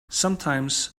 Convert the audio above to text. sometimes